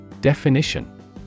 Definition